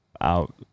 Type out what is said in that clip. out